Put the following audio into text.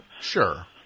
Sure